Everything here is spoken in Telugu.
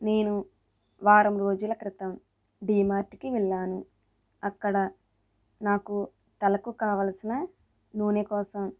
నేను వారం రోజుల క్రితం డిమార్ట్కి వెళ్ళాను అక్కడ నాకు తలకు కావలసిన నూనె కోసం